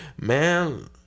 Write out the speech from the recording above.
man